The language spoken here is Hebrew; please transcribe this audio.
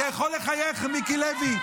אתה יכול לחייך, מיקי לוי.